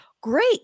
Great